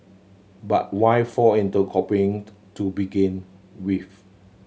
but why fall into copying to begin with